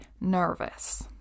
nervous